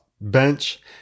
bench